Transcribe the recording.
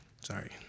Sorry